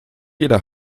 jeder